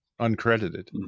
uncredited